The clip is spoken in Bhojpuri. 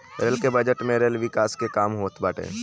रेल के बजट में रेल विकास के काम होत बाटे